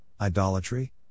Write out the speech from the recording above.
idolatry